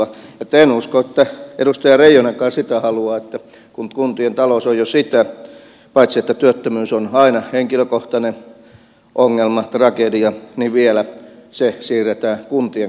en usko että edustaja reijonenkaan sitä haluaa kun kuntien talous on jo sellainen että paitsi että työttömyys on aina henkilökohtainen ongelma tragedia niin se vielä siirretään kuntien kannettavaksi